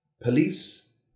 police